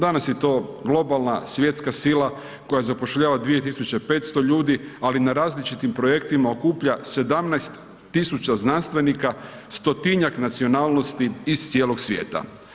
Danas je to globalna, svjetska sila koja zapošljava 2500 ljudi ali na različitim projektima okuplja 17000 znanstvenika, stotinjak nacionalnosti iz cijelog svijeta.